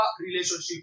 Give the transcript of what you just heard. relationship